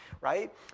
right